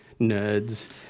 nerds